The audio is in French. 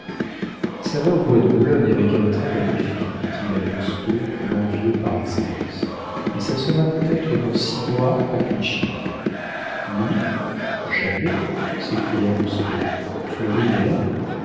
ça va au bois de boulogne avec un train magnifique dit-il à lousteau l'envieux par excellence et ça sera peut-être dans six mois à clichy lui jamais s'écria lousteau florine est là